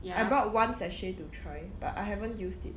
I brought one sachet to try but I haven't used it